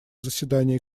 заседании